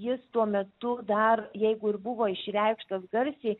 jis tuo metu dar jeigu ir buvo išreikštas garsiai